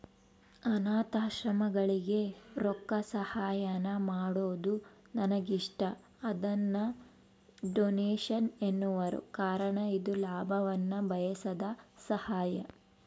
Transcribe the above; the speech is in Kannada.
ಅನಾಥಾಶ್ರಮಗಳಿಗೆ ರೊಕ್ಕಸಹಾಯಾನ ಮಾಡೊದು ನನಗಿಷ್ಟ, ಅದನ್ನ ಡೊನೇಷನ್ ಎನ್ನುವರು ಕಾರಣ ಇದು ಲಾಭವನ್ನ ಬಯಸದ ಸಹಾಯ